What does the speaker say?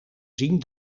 zien